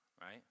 right